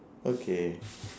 okay